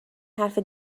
حرف